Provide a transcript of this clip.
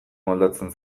moldatzen